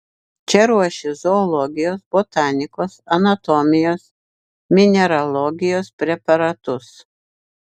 čia ruošė zoologijos botanikos anatomijos mineralogijos preparatus